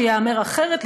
שייאמר אחרת,